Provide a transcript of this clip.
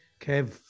Kev